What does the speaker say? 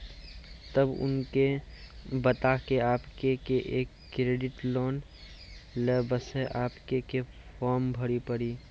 तब उनके बता के आपके के एक क्रेडिट लोन ले बसे आपके के फॉर्म भरी पड़ी?